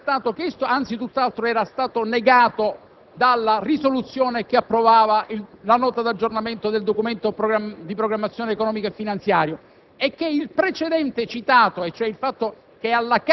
perché il collegamento politico non era stato chiesto, anzi tutt'altro, era stato negato dalla risoluzione che approvava la Nota di aggiornamento del Documento di programmazione economico-finanziaria